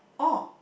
oh